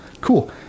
cool